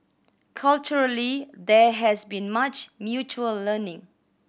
culturally there has been much mutual learning